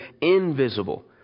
invisible